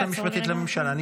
-- של היועצת המשפטית לממשלה.